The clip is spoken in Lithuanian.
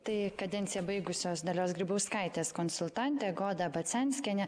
tai kadenciją baigusios dalios grybauskaitės konsultantė goda bacenskienė